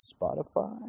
Spotify